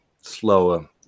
slower